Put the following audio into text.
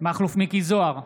מכלוף מיקי זוהר,